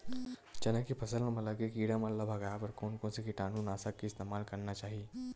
चना के फसल म लगे किड़ा मन ला भगाये बर कोन कोन से कीटानु नाशक के इस्तेमाल करना चाहि?